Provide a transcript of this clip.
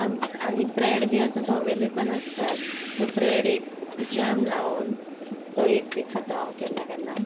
आनी ब्रेड बी आसा सो अवेलेबल आसताच सो ब्रेड एक जाम लावन तो एक बी खाता हांव केन्ना केन्ना